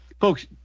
Folks